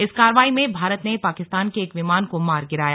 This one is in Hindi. इस कार्रवाई में भारत ने पाकिस्तान के एक विमान को मार गिराया